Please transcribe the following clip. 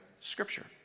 Scripture